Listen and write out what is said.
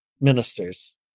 ministers